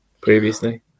previously